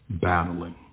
battling